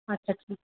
আচ্ছা ঠিক